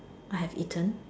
I have eaten